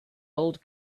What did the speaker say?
old